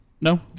No